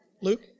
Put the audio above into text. Luke